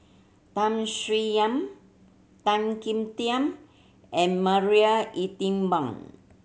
Tham Sien Yen Tan Kim Tian and Marie Ethel Bong